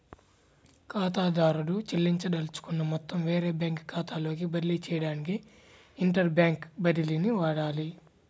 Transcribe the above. ఖాతాదారుడు చెల్లించదలుచుకున్న మొత్తం వేరే బ్యాంకు ఖాతాలోకి బదిలీ చేయడానికి ఇంటర్ బ్యాంక్ బదిలీని వాడాలి